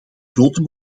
grote